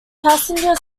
passenger